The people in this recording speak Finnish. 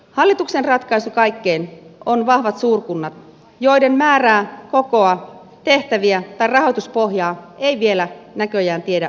hallituksen ratkaisu kaikkeen on vahvat suurkunnat joiden määrää kokoa tehtäviä tai rahoituspohjaa ei vielä näköjään tiedä oikein kukaan